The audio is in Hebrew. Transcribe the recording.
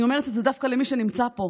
אני אומרת את זה דווקא למי שנמצא פה,